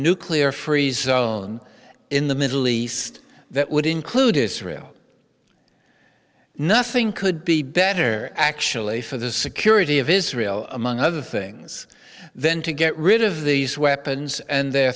nuclear free zone in the middle east that would include israel nothing could be better actually for the security of israel among other things then to get rid of these weapons and the